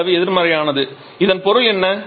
இந்த அளவு எதிர்மறையானது இதன் பொருள் என்ன